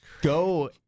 go